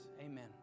Amen